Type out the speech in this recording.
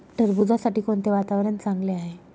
टरबूजासाठी कोणते वातावरण चांगले आहे?